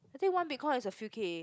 I think one Bitcoin is a few K